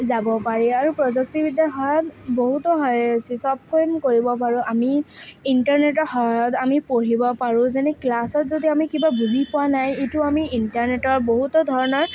যাব পাৰি আৰু প্ৰযুক্তিবিদ্যাৰ সহায়ত বহুতো হেৰি সব কাম কৰিব পাৰোঁ আমি ইণ্টাৰনেটৰ সহায়ত আমি পঢ়িব পাৰোঁ যেনে ক্লাছত যদি আমি কিবা বুজি পোৱা নাই সেইটো আমি ইণ্টাৰনেটৰ বহুতো ধৰণৰ